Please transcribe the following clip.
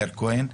מאיר כהן.